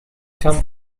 came